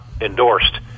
endorsed